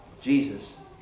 Jesus